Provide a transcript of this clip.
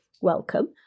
Welcome